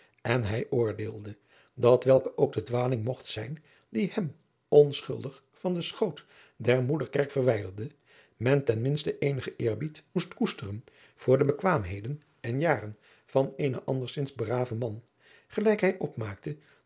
en hij oordeelde dat welke ook de dwaling mogt zijn die hem onschuldig van den schoot der moederkerk verwijderde men ten minste eenigen eerbied moest koesteren voor de bekwaamheden en jaren van eenen anderzins braven man gelijk hij opmaakte